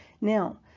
Now